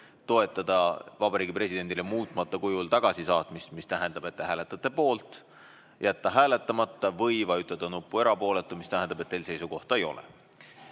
toetada Vabariigi Presidendile muutmata kujul eelnõu tagasisaatmist, mis tähendab, et te hääletate poolt, jätta hääletamata või vajutada nuppu "erapooletu", mis tähendab, et teil seisukohta ei ole.